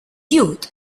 youth